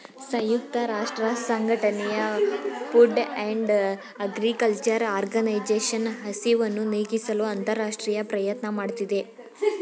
ಸಂಯುಕ್ತ ರಾಷ್ಟ್ರಸಂಘಟನೆಯ food and agriculture organisation ಹಸಿವನ್ನು ನೀಗಿಸಲು ಅಂತರರಾಷ್ಟ್ರೀಯ ಪ್ರಯತ್ನ ಮಾಡ್ತಿದೆ